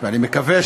ואני מקווה,